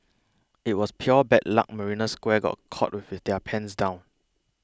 it was pure bad luck Marina Square got caught with their pants down